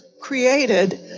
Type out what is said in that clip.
created